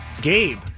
Gabe